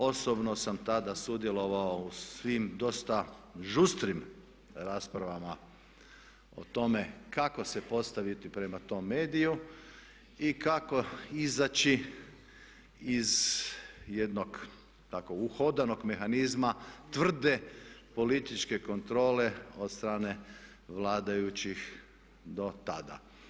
Osobno sam tada sudjelovao u svim dosta žustrim raspravama o tome kako se postaviti prema tom mediju i kako izaći iz jednog tako uhodanog mehanizma tvrde političke kontrole od strane vladajućih do tada.